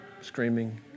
screaming